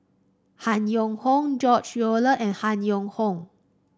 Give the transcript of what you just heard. Han Yong Hong George Collyer and Han Yong Hong